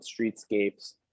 streetscapes